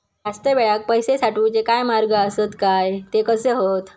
जास्त वेळाक पैशे साठवूचे काय मार्ग आसत काय ते कसे हत?